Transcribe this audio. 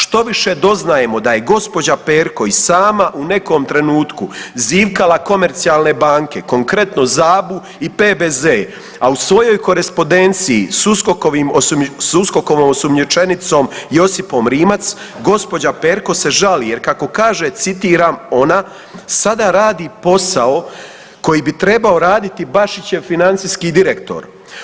Štoviše, doznajemo da je gđa. Perko i sama u nekom trenutku zivkala komercijalne banke, konkretno ZABA-u i PBZ, a u svojoj korespodenciji s USKOK-ovom osumnjičenicom Josipom Rimac gđa. Perko se žali jer kako kaže citiram ona, sada radi posao koji bi trebao raditi Bašićev financijski direktor.